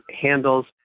handles